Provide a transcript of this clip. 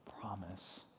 promise